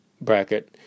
bracket